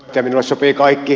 minulle sopii kaikki